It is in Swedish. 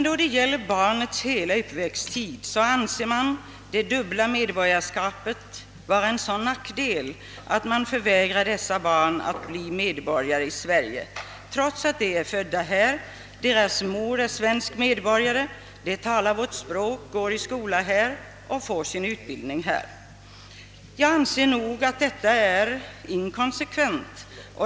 Då det gäller barnets uppväxttid anser man dock det dubbla medborgarskapet vara en sådan nackdel att man förvägrar barnet att bli svensk medborgare trots att det är fött i Sverige, att modern är svensk medborgare, att det talar vårt språk, går i skola och får sin utbildning här. Jag anser att detta är inkonsekvent.